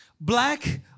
black